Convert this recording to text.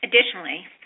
additionally